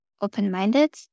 open-minded